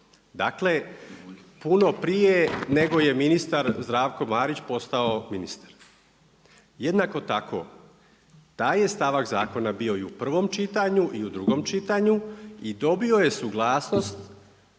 Dakle puno prije nego je ministar Zdravko Marić postao ministar. Jednako tako, taj je stavak zakon bio i u prvom čitanju i u drugom čitanju i dobio je suglasnost